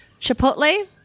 Chipotle